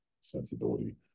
sensibility